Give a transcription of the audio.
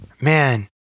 man